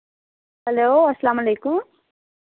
hello السلامُ علیکُم